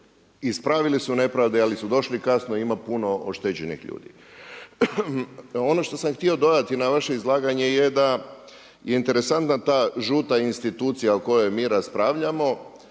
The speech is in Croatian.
ispravili su nepravde ali su došli kasno i ima puno oštećenih ljudi. Ono što sam htio dodati na vaše izlaganje je da je interesantna ta žuta institucija o kojoj mi raspravljamo